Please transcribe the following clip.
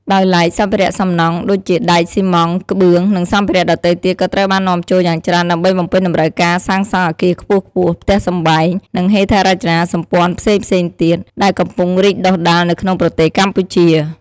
ដោយឡែក សម្ភារៈសំណង់ ដូចជា ដែក ស៊ីម៉ងត៍ ក្បឿង និងសម្ភារៈដទៃទៀតក៏ត្រូវបាននាំចូលយ៉ាងច្រើនដើម្បីបំពេញតម្រូវការសាងសង់អគារខ្ពស់ៗ ផ្ទះសម្បែង និងហេដ្ឋារចនាសម្ព័ន្ធផ្សេងៗទៀត ដែលកំពុងរីកដុះដាលនៅក្នុងប្រទេសកម្ពុជា។